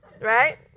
right